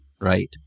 right